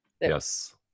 yes